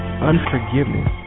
Unforgiveness